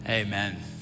Amen